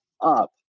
up